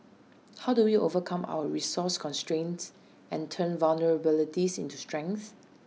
how do we overcome our resource constraints and turn vulnerabilities into strengths